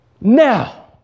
Now